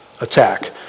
attack